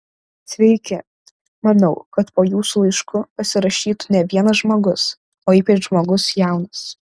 sveiki manau kad po jūsų laišku pasirašytų ne vienas žmogus o ypač žmogus jaunas